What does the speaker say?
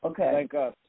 Okay